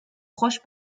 roche